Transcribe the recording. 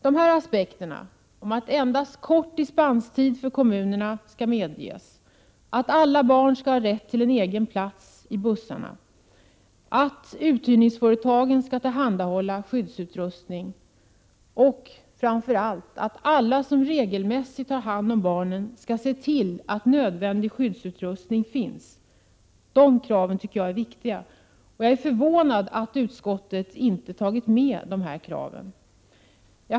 De här aspekterna — att endast kort dispenstid skall medges för kommunerna, att alla barn skall ha rätt till en egen sittplats i bussarna, att uthyrningsföretagen skall tillhandahålla skyddsutrustning och, framför allt, att alla som 129 regelmässigt har hand om barn skall se till att nödvändig skyddsutrustning finns — anser jag vara viktiga. Jag är förvånad över att utskottet inte har beaktat dessa krav.